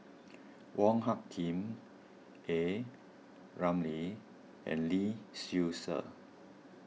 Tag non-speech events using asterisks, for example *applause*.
*noise* Wong Hung Khim A Ramli and Lee Seow Ser